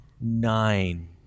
nine